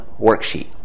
Worksheet